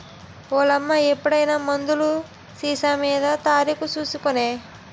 ఓలమ్మా ఎప్పుడైనా మందులు సీసామీద తారీకు సూసి కొనే